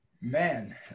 Man